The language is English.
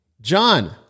John